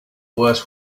worst